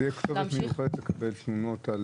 תהיה כתובת מיוחדת לקבל תלונות?